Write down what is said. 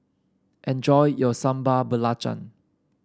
enjoy your Sambal Belacan